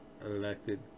elected